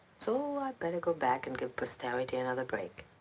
so, i'd better go back and give posterity another break.